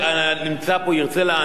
השר כחלון,